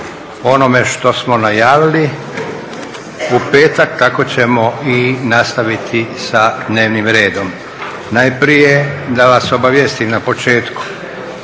onome što smo najavili u petak tako ćemo i nastaviti sa dnevnim redom. Najprije da vas obavijestim na početku,